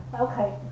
okay